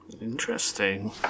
Interesting